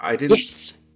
Yes